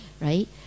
right